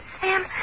Sam